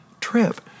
trip